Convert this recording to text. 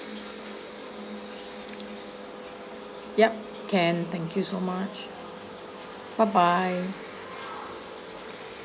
yeah can thank you so much bye bye